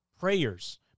prayers